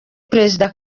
perezida